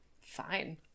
Fine